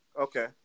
Okay